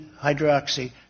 hydroxy